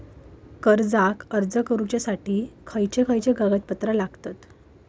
कर्जाक अर्ज करुच्यासाठी खयचे खयचे कागदपत्र लागतत